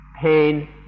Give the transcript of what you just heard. pain